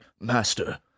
master